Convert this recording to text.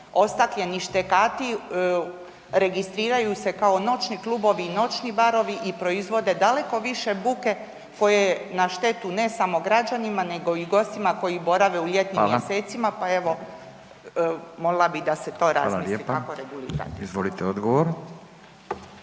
ostakljeni štekati registriraju se kao noćni klubovi i noćni barovi i proizvode daleko više buke koje je na štetu ne samo građanima nego i gostima koji borave u ljetnim mjesecima, pa evo molila bih da se to razmisli kako regulirati. **Radin, Furio